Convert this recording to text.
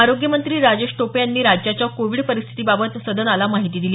आरोग्यमंत्री राजेश टोपे यांनी राज्याच्या कोविड परिस्थितीबाबत सदनाला माहिती दिली